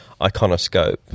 Iconoscope